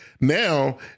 now